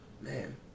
Man